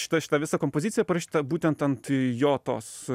šita šita visa kompozicija parašyta būtent ant jo tos